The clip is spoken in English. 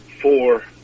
four